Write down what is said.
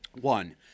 One